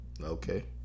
Okay